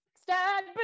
stand